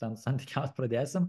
ten santykiaut pradėsim